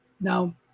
Now